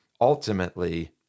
ultimately